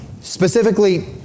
specifically